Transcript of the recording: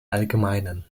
allgemeinen